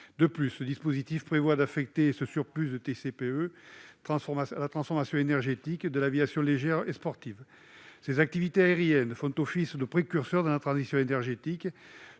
vise également à affecter ce surplus de TICPE à la transformation énergétique de l'aviation légère et sportive. Ces activités aériennes font office de précurseur dans la transition énergétique